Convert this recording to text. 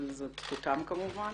וזאת זכותם כמובן.